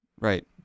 Right